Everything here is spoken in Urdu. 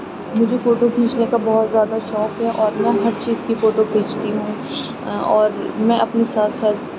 مجھے فوٹو کھینچنے کا بہت زیادہ شوق ہے اور اپنا ہر چیز کی فوٹو کھینچتی ہوں اور میں اپنے ساتھ ساتھ